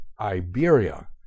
Iberia